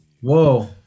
Whoa